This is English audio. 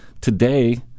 today